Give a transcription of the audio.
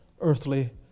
earthly